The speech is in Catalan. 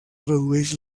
redueix